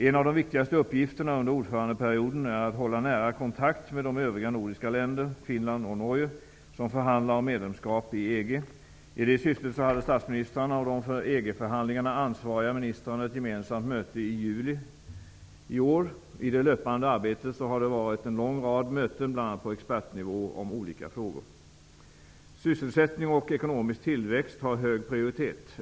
En av de viktigaste uppgifterna under ordförandeperioden är att hålla nära kontakt med de övriga nordiska länder, Finland och Norge, som förhandlar om medlemskap i EG. I det syftet hade statsministrarna och de för EG-förhandlingarna ansvariga ministrarna ett gemensamt möte i juli i år. I det löpande arbetet har det varit en lång rad möten, bl.a. på expertnivå om olika frågor. Sysselsättning och ekonomisk tillväxt har hög prioritet.